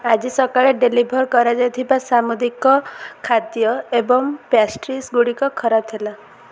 ଆଜି ସକାଳେ ଡେଲିଭର୍ କରାଯାଇଥିବା ସାମୁଦ୍ରିକ ଖାଦ୍ୟ ଏବଂ ପ୍ୟାଷ୍ଟିସ୍ଗୁଡ଼ିକ ଖରାପ ଥିଲା